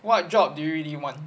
what job do you really want